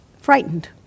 frightened